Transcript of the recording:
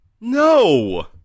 No